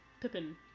Pippin